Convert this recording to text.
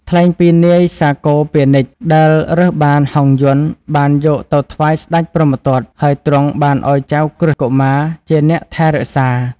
ថ្លែងពីនាយសាគរពាណិជ្ជ ដែលរើសបានហង្សយន្តបានយកទៅថ្វាយស្តេចព្រហ្មទត្ត ហើយទ្រង់បានឱ្យចៅក្រឹស្នកុមារជាអ្នកថែរក្សា។